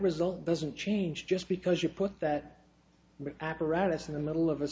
result doesn't change just because you put that apparatus in the middle of a